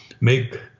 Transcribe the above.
make